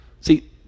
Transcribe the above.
See